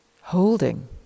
Holding